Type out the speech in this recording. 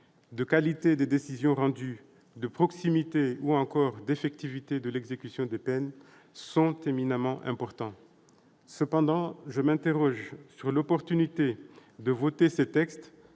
de qualité des décisions rendues, de proximité ou encore d'effectivité de l'exécution des peines sont éminemment importants. Cependant, je m'interroge sur l'opportunité de voter ces textes